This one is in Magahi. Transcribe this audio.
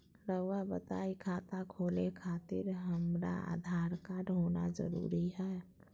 रउआ बताई खाता खोले खातिर हमरा आधार कार्ड होना जरूरी है?